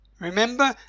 Remember